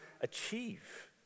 achieve